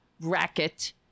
racket